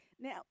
Now